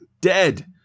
dead